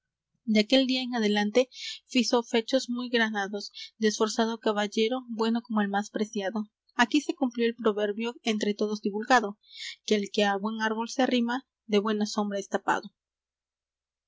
de aquel día en adelante fizo fechos muy granados de esforzado caballero bueno como el más preciado aquí se cumplió el proverbio entre todos divulgado que el que á buen árbol se arrima de buena sombra es tapado